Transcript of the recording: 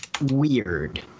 weird